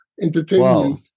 Entertainment